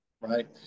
Right